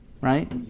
right